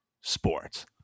sports